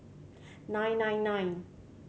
nine nine nine